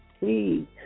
Please